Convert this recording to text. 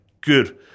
good